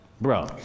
bro